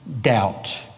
doubt